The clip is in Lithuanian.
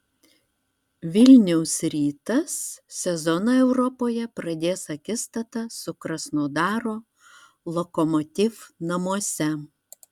vilniaus rytas sezoną europoje pradės akistata su krasnodaro lokomotiv namuose